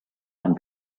and